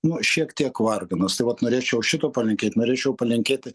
nu šiek tiek varganos tai vat norėčiau šito palinkėt norėčiau palinkėti